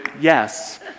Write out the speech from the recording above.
yes